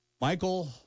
Michael